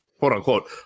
quote-unquote